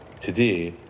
Today